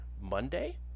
Monday